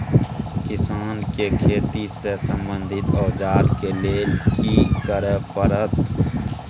किसान के खेती से संबंधित औजार के लेल की करय परत?